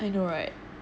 I know [right]